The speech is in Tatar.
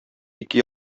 ике